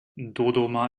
dodoma